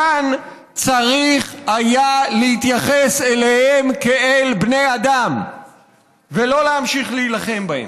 כאן צריך היה להתייחס אליהם כאל בני אדם ולא להמשיך להילחם בהם.